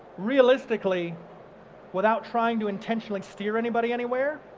realistically without trying to intentionally steer anybody anywhere,